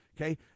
okay